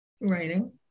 Writing